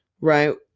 right